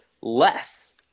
less